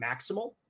maximal